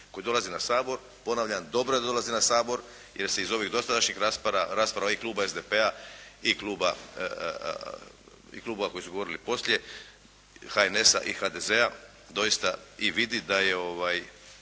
koji dolazi na Sabor. Ponavljam dobro je da dolazi na Sabor jer se iz ovih dosadašnjih rasprava i Kluba SDP-a i Kluba, i klubova koji su govorili poslije HNS-a i HDZ-a doista i vidi da je